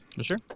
Sure